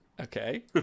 Okay